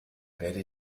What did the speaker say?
werde